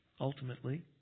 ultimately